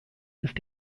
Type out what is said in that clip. ist